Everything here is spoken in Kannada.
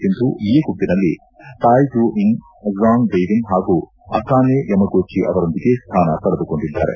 ಸಿಂಧು ಎ ಗುಂಪಿನಲ್ಲಿ Tai Tzu Ying Zhang Beiwen ಹಾಗೂ ಅಕಾನೆ ಯಮಗೂಚಿ ಅವರೊಂದಿಗೆ ಸ್ಥಾನ ಪಡೆದುಕೊಂಡಿದ್ದಾರೆ